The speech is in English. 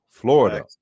Florida